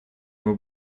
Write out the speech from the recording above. его